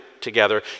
together